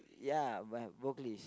ya vocalist